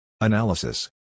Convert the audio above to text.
Analysis